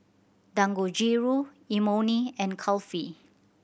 Dangojiru Imoni and Kulfi